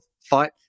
fight